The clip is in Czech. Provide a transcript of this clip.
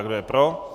Kdo je pro?